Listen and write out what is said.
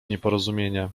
nieporozumienie